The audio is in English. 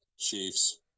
Chiefs